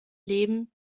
leben